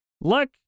Look